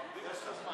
תודה.